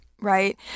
Right